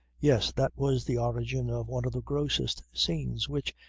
yes, that was the origin of one of the grossest scenes which,